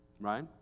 right